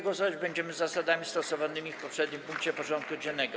Głosować będziemy zgodnie z zasadami stosowanymi w poprzednim punkcie porządku dziennego.